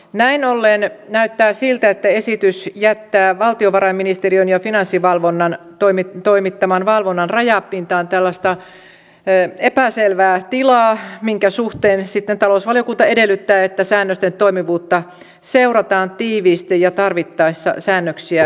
näin ollen näyttää siltä että esitys jättää valtiovarainministeriön ja finanssivalvonnan toimittaman valvonnan rajapintaan tällaista epäselvää tilaa minkä suhteen sitten talousvaliokunta edellyttää että säännösten toimivuutta seurataan tiiviisti ja tarvittaessa säännöksiä selkiinnytetään